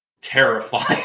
terrifying